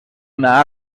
una